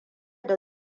da